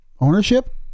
ownership